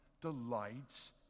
delights